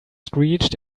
screeched